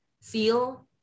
feel